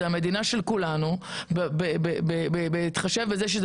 זאת המדינה של כולנו ובהתחשב בכך שזאת